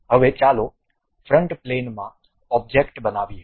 હવે ચાલો ફ્રન્ટ પ્લેનમાં ઓબ્જેક્ટ બનાવીએ